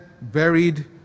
buried